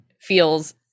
feels